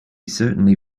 certainly